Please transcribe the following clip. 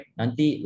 nanti